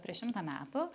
prieš šimtą metų